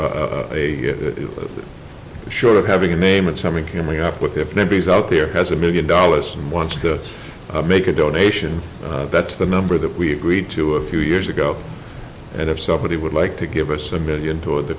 a short of having a name and something coming up with if anybody's out there has a million dollars and wants to make a donation that's the number that we agreed to a few years ago and if somebody would like to give us a million toward the